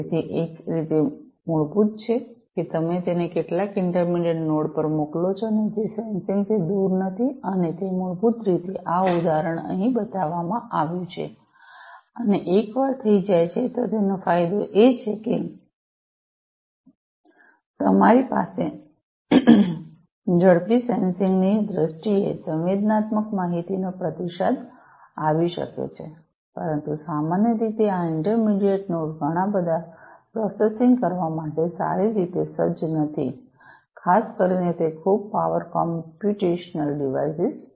તેથી એક રીત મૂળભૂત છે કે તમે તેને કેટલાક ઇન્ટરમેડિયટ નોડ પર મોકલો છો અને જે સેન્સિંગ થી દૂર નથી અને તે મૂળભૂત રીતે આ ઉદાહરણ અહીં બતાવવામાં આવ્યું છે અને એકવાર થઈ જાય છે તો તેનો ફાયદો એ છે કે તમારી પાસે ઝડપી સેસીંગની દ્રષ્ટિએ સંવેદનાત્મક માહિતીનો પ્રતિસાદ આવી શકે પરંતુ સામાન્ય રીતે આ ઇન્ટરમેડિયટ નોડ ઘણાં બધાં પ્રોસેસિંગ કરવા માટે સારી રીતે સજ્જ નથી ખાસ કરીને તે ખૂબ પાવર કોમ્પ્યુટેશનલ ડિવાઇસેસ નથી